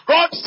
God